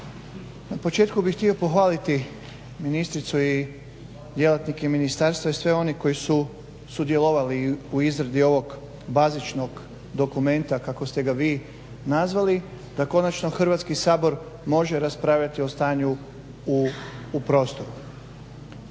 Na početku bih htio pohvaliti ministricu i djelatnike ministarstva i sve one koji su sudjelovali u izradi ovog bazičnog dokumenta kako ste ga vi nazvali, da konačno Hrvatski sabor može raspravljati u stanju u prostoru.